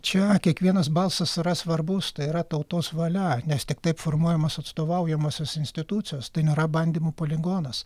čia kiekvienas balsas yra svarbus tai yra tautos valia nes tik taip formuojamos atstovaujamosios institucijos tai nėra bandymų poligonas